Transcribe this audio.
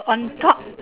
on top